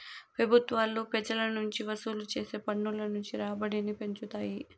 పెబుత్వాలు పెజల నుంచి వసూలు చేసే పన్నుల నుంచి రాబడిని పెంచుతాయి